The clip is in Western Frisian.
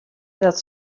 dat